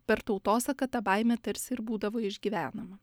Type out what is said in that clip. per tautosaką ta baimė tarsi ir būdavo išgyvenama